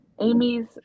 Amy's